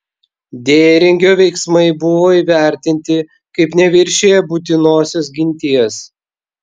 dėringio veiksmai buvo įvertinti kaip neviršiję būtinosios ginties